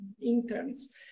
interns